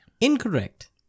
Incorrect